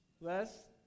Less